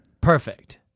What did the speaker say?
perfect